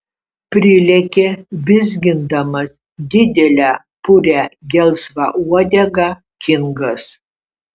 prilekia vizgindamas didelę purią gelsvą uodegą kingas